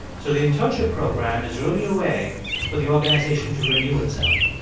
so the internship program is really a way for the organization to renew itself.